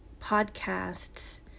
podcasts